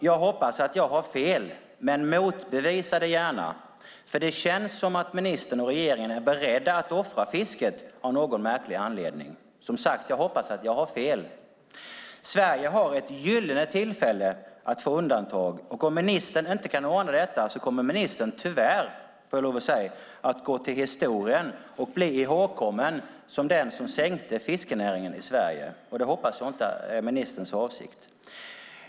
Jag hoppas att jag har fel, men motbevisa det gärna. Det känns nämligen som att ministern och regeringen av någon märklig anledning är beredda att offra fisket. Men, som sagt, jag hoppas att jag har fel. Sverige har ett gyllene tillfälle att få ett undantag. Om ministern inte kan ordna detta kommer han tyvärr att gå till historien och bli ihågkommen som den som sänkte fiskenäringen i Sverige. Jag hoppas att det inte är ministerns avsikt.